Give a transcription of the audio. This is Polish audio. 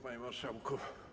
Panie Marszałku!